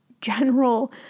general